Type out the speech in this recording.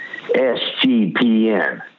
SGPN